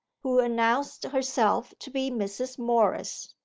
who announced herself to be mrs. morris,